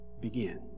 begin